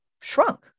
shrunk